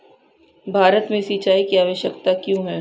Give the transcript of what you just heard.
भारत में सिंचाई की आवश्यकता क्यों है?